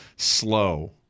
Slow